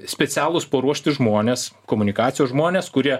specialūs paruošti žmonės komunikacijos žmonės kurie